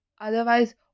otherwise